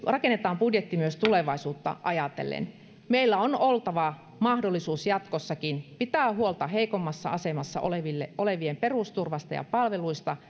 rakennetaan budjetti myös tulevaisuutta ajatellen meillä on oltava mahdollisuus jatkossakin pitää huolta heikoimmassa asemassa olevien perusturvasta ja palveluista